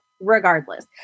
regardless